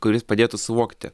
kuris padėtų suvokti